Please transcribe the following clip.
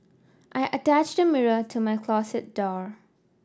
I attached a mirror to my closet door